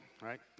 right